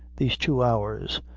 these two hours,